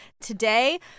Today